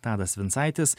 tadas vincaitis